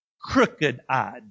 crooked-eyed